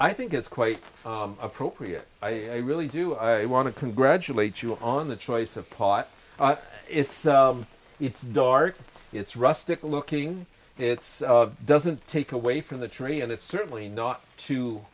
i think it's quite appropriate i really do i want to congratulate you on the choice of pot it's it's dark it's rustic looking it's doesn't take away from the tree and it's certainly not too